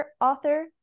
author